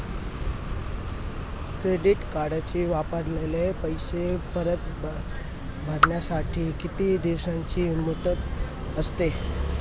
Credit कार्डचे वापरलेले पैसे परत भरण्यासाठी किती दिवसांची मुदत असते?